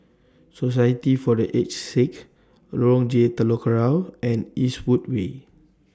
Society For The Aged Sick Lorong J Telok Kurau and Eastwood Way